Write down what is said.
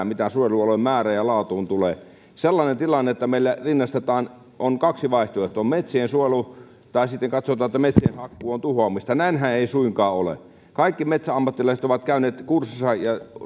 mitä suojelualueiden määrään ja laatuun tulee meillä on kaksi vaihtoehtoa metsiensuojelu tai sitten katsotaan että metsien hakkuu on tuhoamista näinhän ei suinkaan ole kaikki metsäammattilaiset ovat käyneet kurssinsa ja